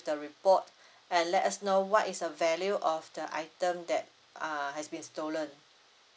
the report and let us know what is the value of the item that uh has been stolen